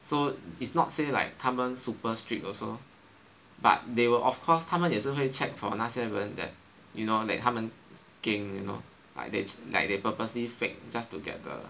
so it's not say like 他们 super strict also but they will of course 他们也是会 check for 那些人 that you know like 他们 geng you know like they like they purposely fake just to get the